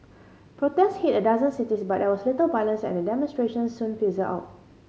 protest hit a dozen cities but there was little violence and the demonstration soon fizzled out